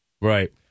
Right